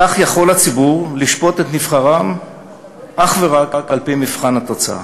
כך יכול הציבור לשפוט את נבחריו אך ורק על-פי מבחן התוצאה.